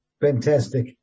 Fantastic